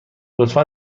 لطفا